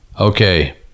Okay